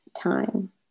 time